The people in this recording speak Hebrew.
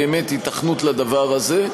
באמת היתכנות לדבר הזה.